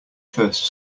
first